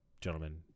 gentlemen